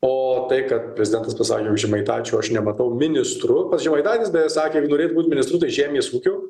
o tai kad prezidentas pasakė jog žemaitaičio aš nematau ministru pats žemaitaitis beje sakė norėtų būt ministru tai žemės ūkio